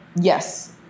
yes